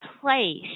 place